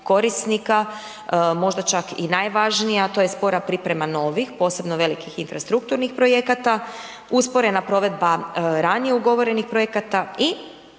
korisnika, možda čak i najvažnija, a to je spora priprema novih, posebnih velikih infrastrukturnih projekata, usporena provedba ranije ugovorenih projekata i